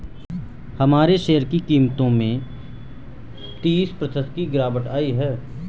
हमारे शेयर की कीमतों में तीस प्रतिशत की गिरावट आयी है